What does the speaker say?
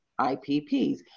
IPPs